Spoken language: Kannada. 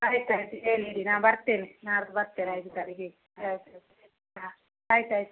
ಆಯ್ತು ಆಯ್ತು ಹೇಳಿಡಿ ನಾ ಬರ್ತೇನೆ ನಾಡ್ದು ಬರ್ತೇನೆ ಐದು ತಾರೀಕಿಗೆ ಆಯ್ತು ಆಯ್ತು ಹಾಂ ಆಯ್ತು ಆಯ್ತು